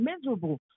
miserable